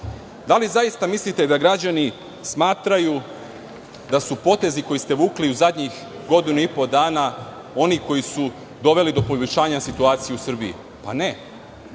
Da li zaista mislite da građani smatraju da su potezi koje ste vukli u zadnjih godinu i po dana, oni koji su doveli do poboljšanja situacije u Srbiji? Ne.